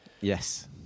Yes